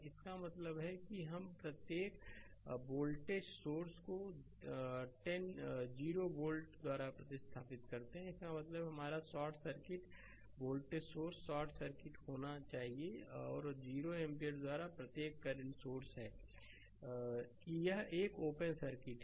इसका मतलब है कि हम प्रत्येक वोल्टेज सोर्स को 0 वोल्ट द्वारा प्रतिस्थापित करते हैं इसका मतलब हैहमारा शॉर्ट सर्किट कि वोल्टेज सोर्स शॉर्ट सर्किट होना चाहिए और 0 एम्पीयर द्वारा प्रत्येक करंट सोर्स है कि यह एक ओपन सर्किट है